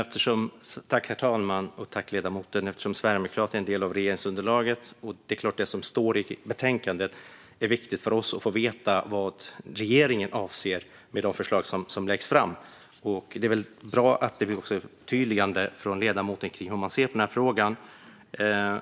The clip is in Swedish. Herr talman! Tack, ledamoten! Sverigedemokraterna är en del av regeringsunderlaget. Det är klart att det är viktigt att få veta vad regeringen avser med de förslag som läggs fram i betänkandet. Det är bra att det förtydligas från ledamotens sida hur man ser på den här frågan.